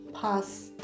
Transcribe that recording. past